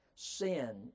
Sin